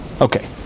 okay